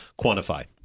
quantify